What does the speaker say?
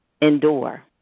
endure